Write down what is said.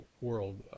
world